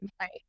Right